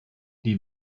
die